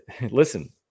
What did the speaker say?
listen